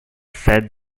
said